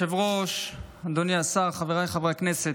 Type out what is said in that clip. אדוני היושב-ראש, אדוני השר, חבריי חברי הכנסת,